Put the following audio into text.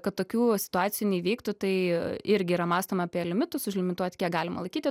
kad tokių situacijų neįvyktų tai irgi yra mąstoma apie limitus užlimituoti kiek galima laikyti